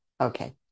Okay